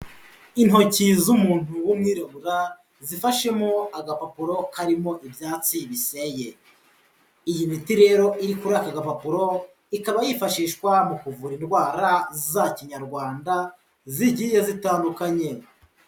Intoki z'umuntu w'umwirabura zifashemo agapapuro karimo ibyatsi biseye, iyi miti rero iri kuri aka gapapuro, ikaba yifashishwa mu kuvura indwara za kinyarwanda zigiye zitandukanye.